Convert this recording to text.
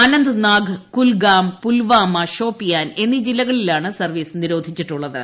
ആനന്ദ്നാഗ് കുൽഗാം പുൽവാമ ഷോപ്പിയാൻ എന്നീ ജില്ലകളിലാണ് സർവ്വീസ് നിരോധിച്ചിട്ടുള്ളത്